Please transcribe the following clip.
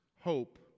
hope